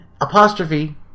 apostrophe